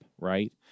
right